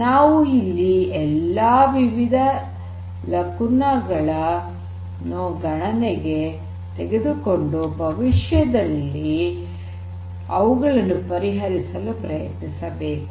ನಾವು ಈ ಎಲ್ಲಾ ವಿವಿಧ ಲಕುನ ಗಳನ್ನು ಗಣನೆಗೆ ತೆಗೆದುಕೊಂಡು ಭವಿಷ್ಯದಲ್ಲಿ ಅವುಗಳನ್ನು ಪರಿಹರಿಸಲು ಪ್ರಯತ್ನಿಸಬೇಕು